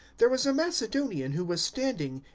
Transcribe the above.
there was a macedonian who was standing,